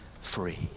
free